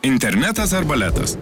internetas ar baletas